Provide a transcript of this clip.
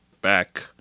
back